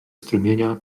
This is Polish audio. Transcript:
strumienia